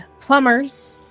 plumbers